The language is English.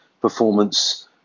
performance